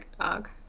dog